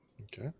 Okay